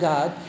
God